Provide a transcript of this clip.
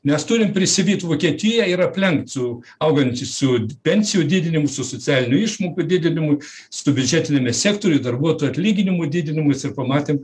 mes turim prisivyt vokietiją ir aplenkt su auganč su pensijų didinimui su socialinių išmokų didinimui su biudžetiniame sektoriuje darbuotojų atlyginimų didinimais ir pamatėm